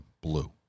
blue